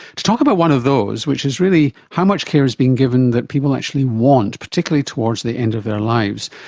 to talk about one of those, which is really how much care is being given that people actually want, particularly towards the end of their lives,